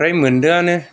फ्राय मोनदोंआनो